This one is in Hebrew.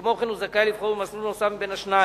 כמו כן, הוא זכאי לבחור במסלול נוסף מהשניים: